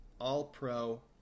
All-Pro